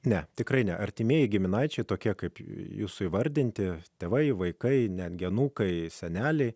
ne tikrai ne artimieji giminaičiai tokie kaip jūsų įvardinti tėvai vaikai netgi anūkai seneliai